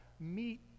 Meet